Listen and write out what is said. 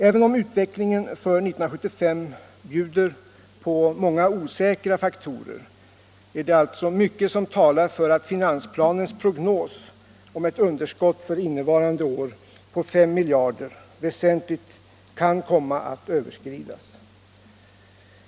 Även om utvecklingen för 1975 bjuder på många osäkra faktorer är det alltså mycket som talar för att finansplanens prognos om ett underskott för innevarande år på 5 miljarder väsentligt kan komma att överskridas.